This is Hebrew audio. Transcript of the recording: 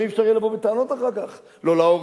גם אי-אפשר יהיה לבוא בטענות אחר כך,